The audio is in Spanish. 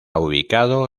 ubicado